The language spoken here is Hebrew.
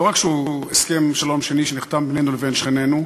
לא רק שהוא הסכם השלום השני שנחתם בינינו לבין שכנינו,